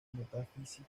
metafísica